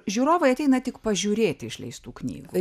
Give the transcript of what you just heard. žiūrovai ateina tik pažiūrėt išleistų knygų